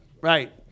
right